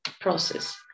process